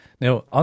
Now